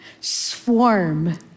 swarm